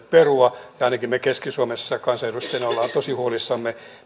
perua ja ainakin me keski suomessa kansanedustajina olemme tosi huolissamme